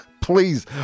Please